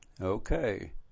Okay